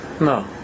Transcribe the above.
No